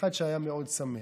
ואחד שהיה מאוד שמח.